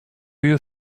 you